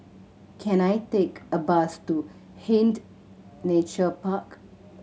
can I take a bus to Hind Nature Park